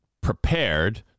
prepared